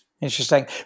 interesting